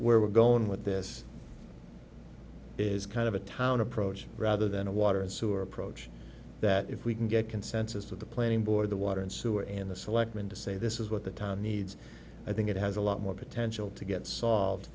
where we're going with this is kind of a town approach rather than a water and sewer approach that if we can get consensus with the planning board the water and sewer and the selectmen to say this is what the town needs i think it has a lot more potential to get solved